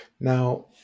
Now